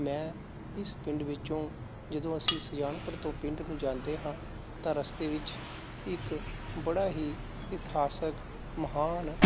ਮੈਂ ਇਸ ਪਿੰਡ ਵਿੱਚੋਂ ਜਦੋਂ ਅਸੀਂ ਸੁਜਾਨਪੁਰ ਤੋਂ ਪਿੰਡ ਨੂੰ ਜਾਂਦੇ ਹਾਂ ਤਾਂ ਰਸਤੇ ਵਿੱਚ ਇੱਕ ਬੜਾ ਹੀ ਇਤਿਹਾਸਿਕ ਮਹਾਨ